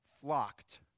flocked